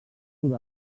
sud